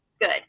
Good